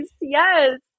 Yes